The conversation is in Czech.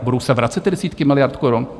Budou se vracet ty desítky miliard korun?